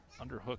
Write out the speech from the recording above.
underhook